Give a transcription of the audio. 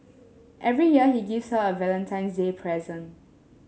every year he gives her a Valentine's Day present